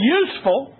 useful